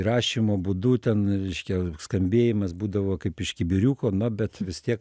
įrašymo būdų ten reiškia skambėjimas būdavo kaip iš kibiriuko na bet vis tiek